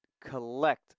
collect